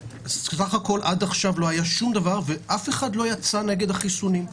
סך הכול עד עכשיו לא היה שום דבר ואף אחד לא יצא נגד החיסונים.